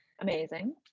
amazing